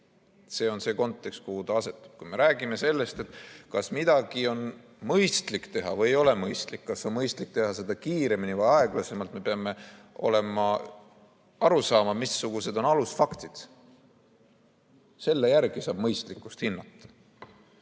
See on see kontekst, kuhu ta asetub. Kui me räägime sellest, kas midagi on mõistlik teha või ei ole mõistlik teha, kas on mõistlik teha seda kiiremini või aeglasemalt, siis me peame aru saama, missugused on alusfaktid. Selle järgi saab mõistlikkust hinnata.